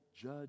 judge